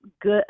good